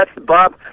Bob